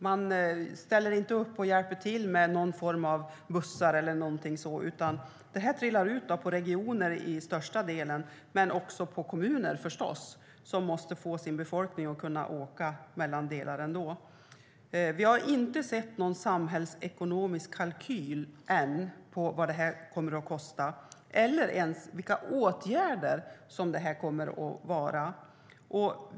Man ställer inte upp och hjälper till med bussar eller så, utan detta läggs till största delen på regionerna men förstås också på kommunerna vilkas befolkning måste kunna åka ändå. Vi har ännu inte sett någon samhällsekonomisk kalkyl på vad detta kommer att kosta eller ens på vilka åtgärder det handlar om.